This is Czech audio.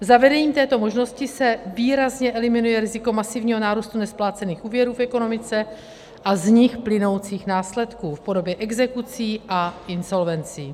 Zavedením této možnosti se výrazně eliminuje riziko masivního nárůstu nesplácených úvěrů v ekonomice a z nich plynoucích následků v podobě exekucí a insolvencí.